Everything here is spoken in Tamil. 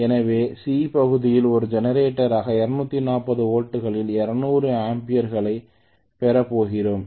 எனவே சி பகுதியில் ஒரு ஜெனரேட்டராக 240 வோல்ட்டுகளில் 200 ஆம்பியர்களைப் பெறப் போகின்றோம்